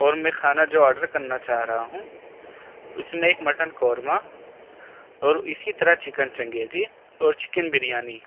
اور میں کھانا جو آڈر کرنا چاہ رہا ہوں اس میں ایک مٹن قورمہ اور اسی طرح چکن چنگیزی اور چکن بریانی